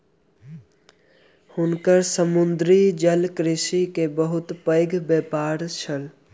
हुनकर समुद्री जलकृषि के बहुत पैघ व्यापार छल